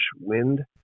wind